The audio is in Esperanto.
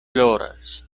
ploras